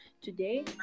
today